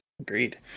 Agreed